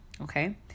okay